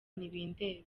ntibindeba